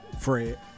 Fred